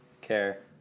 Care